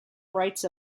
rights